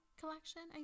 collection